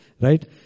right